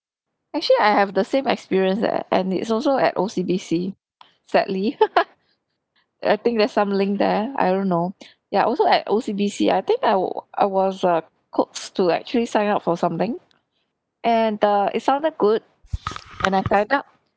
actually I have the same experience leh and it's also at O_C_B_C sadly I think there's some link there I don't know ya also at O_C_B_C I think I w~ I was uh coax to actually sign up for something and uh it sounded good and I signed up